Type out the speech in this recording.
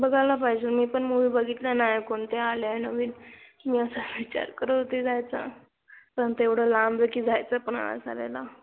बघायला पाहिजे मी पण मूवी बघितलं नाही कोणते आले आहे नवीन मी असं विचार करत होती जायचा पण तेवढं लांब आहे की जायचं पण आळस आलेला